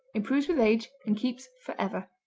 improves with age, and keeps forever.